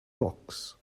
rocks